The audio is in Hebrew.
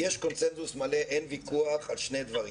יש קונצנזוס מלא ואין ויכוח על שני דברים.